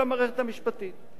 למערכת המשפטית,